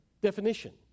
definition